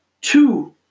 two